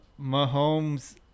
Mahomes